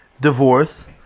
divorce